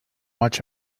watch